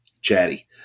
chatty